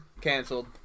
canceled